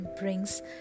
brings